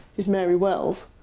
is mary wells.